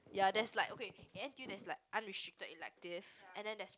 ya there's like okay in n_t_u there's like unrestricted elective and then there's